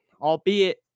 Albeit